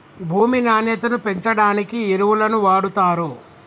భూమి నాణ్యతను పెంచడానికి ఎరువులను వాడుతారు